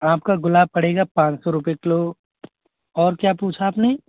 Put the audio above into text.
आपका गुलाब पड़ेगा पाँच सौ रूपए किलो और क्या पूछा आपने